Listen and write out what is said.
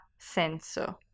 senso